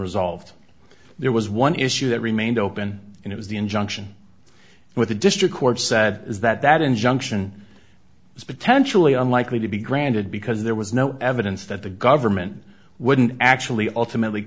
resolved there was one issue that remained open and it was the injunction with the district court said is that that injunction is potentially unlikely to be granted because there was no evidence that the government wouldn't actually ultimately